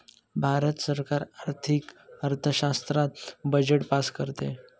भारत सरकार आर्थिक अर्थशास्त्रात बजेट पास करते